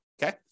Okay